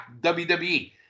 WWE